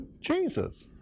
Jesus